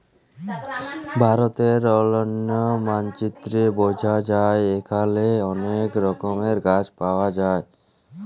ভারতের অলন্য মালচিত্রে বঝা যায় এখালে অলেক রকমের গাছ পায়া যায়